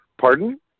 pardon